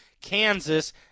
Kansas